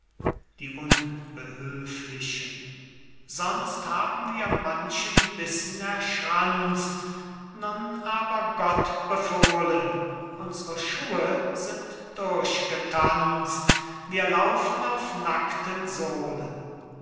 die unbehülflichen sonst haben wir manchen bissen erschranzt nun aber gott befohlen unsere schuhe sind durchgetanzt wir laufen auf nackten sohlen